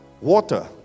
Water